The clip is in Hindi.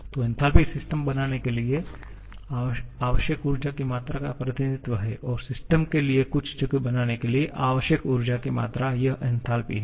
तो एन्थालपी सिस्टम बनाने के लिए आवश्यक ऊर्जा की मात्रा का प्रतिनिधि है और सिस्टम के लिए कुछ जगह बनाने के लिए आवश्यक ऊर्जा की मात्रा यह एन्थालपी है